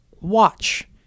watch